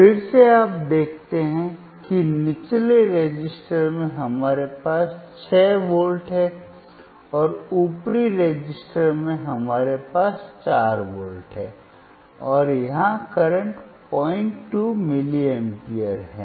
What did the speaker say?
फिर से आप देखते हैं कि निचले रेसिस्टर में हमारे पास 6 वोल्ट हैं और ऊपरी रेसिस्टर में हमारे पास 4 वोल्ट हैं और यहाँ करंट 02 मिली एम्पीयर है